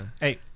Hey